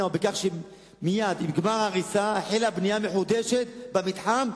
בכך שמייד עם גמר ההריסה החלה בנייה מחודשת במתחם,